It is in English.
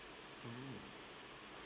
mm